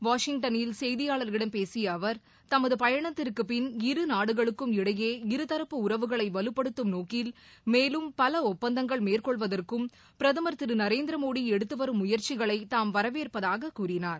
வாஷிங்டளில் செய்தியாளர்களிடம் பேசியஅவர் தமதுபயணத்திற்குப்பிள் இருநாடுகளுக்கும் இடையே இருதரப்பு உறவுகளைவலுப்படுத்தும் நோக்கில் மேலும் பலஒப்பந்தங்கள் மேற்கொள்வதற்கும் பிரதமர் திருநரேந்திரமோடிஎடுத்துவரும் முயற்சிகளைதாம் வரவேற்பதாககூறினார்